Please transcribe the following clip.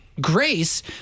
grace